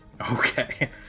Okay